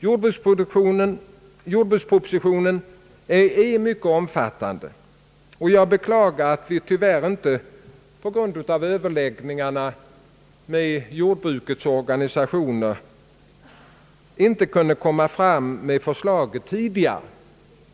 Jordbrukspropositionen är mycket omfattande, och jag beklagar att vi på grund av överläggningarna med jordbrukets organisationer tyvärr inte kunde presentera förslaget tidigare.